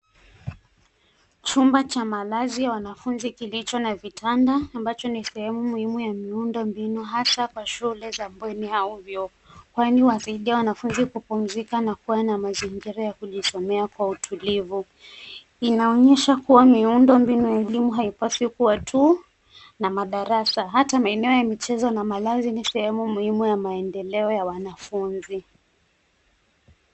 Chumba cha malazi ya wanafunzi kilicho na vitanda, ambacho ni sehemu muhimu ya miundo mbinu hasa kwa shule za bweni au vyuo. Bweni huwasaidia wanafunzi kupumzika na kuwa na mazingira ya kujisomea kwa utulivu. Inaonyesha kuwa miundo mbinu ya elimu haipaswi kuwa tu na madarasa, hata maeneo ya michezo na malazi ni sehemu muhimu ya maendeleo ya wanafunzi.